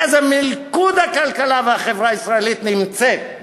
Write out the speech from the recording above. באיזה מלכוד הכלכלה והחברה הישראלית נמצאת,